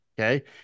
okay